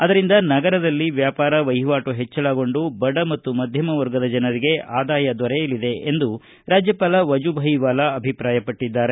ಅದರಿಂದ ನಗರದಲ್ಲಿ ವ್ಯಾಪಾರ ವಹಿವಾಟು ಹೆಚ್ಚಳಗೊಂಡು ಬಡ ಮತ್ತು ಮಧ್ಯಮ ವರ್ಗದ ಜನರಿಗೆ ಆದಾಯ ದೊರೆಯಲಿದೆ ಎಂದು ರಾಜ್ಯಪಾಲ ವಾಜುಭಾಯಿ ವಾಲಾ ಅಭಿಪ್ರಾಯಪಟ್ಟರು